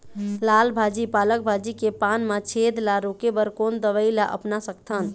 लाल भाजी पालक भाजी के पान मा छेद ला रोके बर कोन दवई ला अपना सकथन?